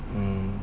mm